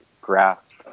grasp